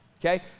Okay